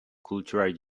cultural